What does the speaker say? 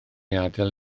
adael